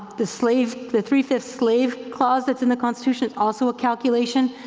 the slave, the three five slave clause that's in the constitution, also a calculation.